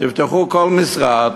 תפתחו כל משרד,